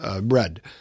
bread